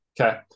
Okay